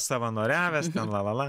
savanoriavęs ten la la la